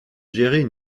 gérer